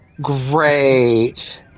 Great